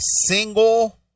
single